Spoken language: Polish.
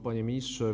Panie Ministrze!